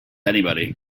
anybody